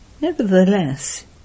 Nevertheless